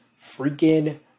freaking